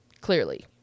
Clearly